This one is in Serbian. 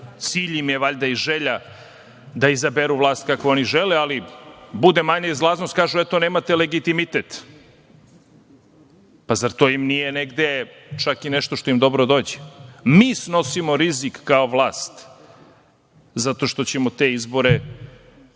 cilj im je valjda i želja da izaberu vlast kakvu oni žele, ali ako bude manja izlaznost kažu – eto, nemate legitimitet. Zar im to nije negde čak i nešto što im dobro dođe? Mi snosimo rizik kao vlast zato što ćemo te izbore organizovati